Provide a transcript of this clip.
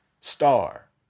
star